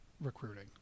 recruiting